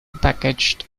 packaged